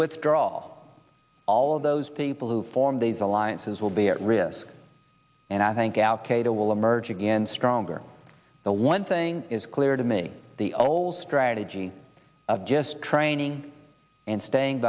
withdraw all of those people who form these alliances will be at risk and i think al qaeda will emerge again stronger the one thing is clear to me the old strategy of just training and staying